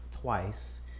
twice